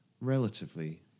relatively